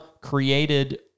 created